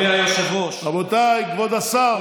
אדוני היושב-ראש, רבותיי, כבוד השר.